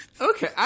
Okay